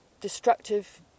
destructive